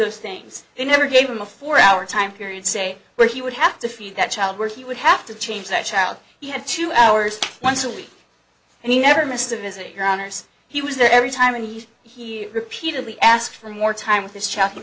those things they never gave him a four hour time period say where he would have to feed that child where he would have to change that child he had two hours once a week and he never missed a visit your honour's he was there every time and you hear repeatedly ask for more time with this shocking